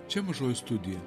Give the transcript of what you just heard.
čia mažoji studija